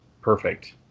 perfect